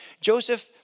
Joseph